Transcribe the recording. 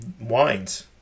wines